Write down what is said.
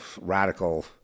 radical